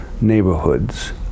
neighborhoods